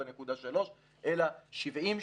4.3 אלא 70,